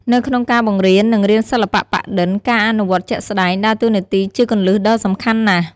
នៅក្នុងការបង្រៀន និងរៀនសិល្បៈប៉ាក់-ឌិន ការអនុវត្តជាក់ស្តែង ដើរតួនាទីជាគន្លឹះដ៏សំខាន់ណាស់។